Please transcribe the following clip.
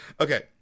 Okay